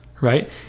right